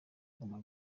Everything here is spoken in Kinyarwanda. guma